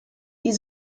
die